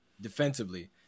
defensively